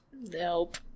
Nope